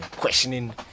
questioning